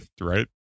right